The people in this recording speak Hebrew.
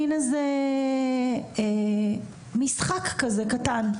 עשיתי משחק קטן,